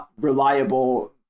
reliable